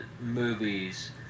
...movies